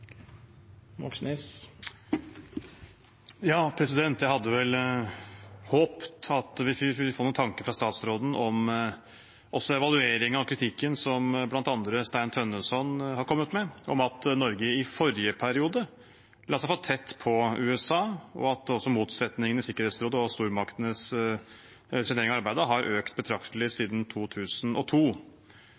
Jeg hadde vel håpet at vi skulle få noen tanker fra utenriksministeren om evalueringen av kritikken som bl.a. Stein Tønnesson har kommet med om at Norge i forrige periode la seg for tett på USA, og også om at motsetningene i Sikkerhetsrådet og stormaktenes trenering av arbeidet har økt betraktelig siden 2002.